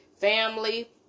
Family